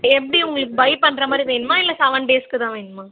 எப்படி உங்களுக்கு பை பண்ணுறமாரி வேணுமா இல்லை செவன் டேஸ்க்குதான் வேணுமா